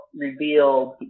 revealed